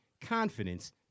confidence